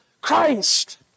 Christ